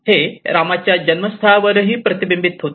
हे रामाच्या जन्मस्थळावरही प्रतिबिंबित होते